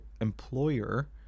Employer